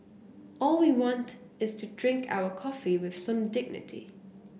all we want is to drink our coffee with some dignity